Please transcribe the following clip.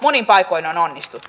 monin paikoin on onnistuttu